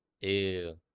Ew